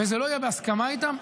וזה לא יהיה בהסכמה איתם,